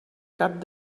cap